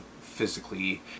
physically